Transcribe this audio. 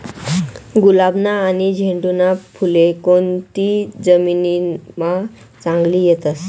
गुलाबना आनी झेंडूना फुले कोनती जमीनमा चांगला येतस?